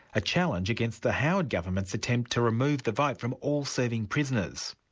a challenge against the howard government's attempt to remove the vote from all serving prisoners.